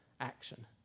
action